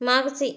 मागचे